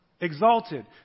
Exalted